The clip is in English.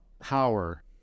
power